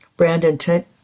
Brandon